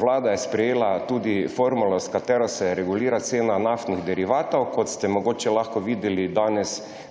vlada je sprejela tudi formulo, s katero se regulira cena naftnih derivatov. Kot ste mogoče lahko videli, je danes